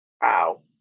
Wow